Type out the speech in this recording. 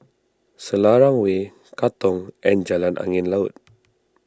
Selarang Way Katong and Jalan Angin Laut